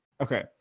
Okay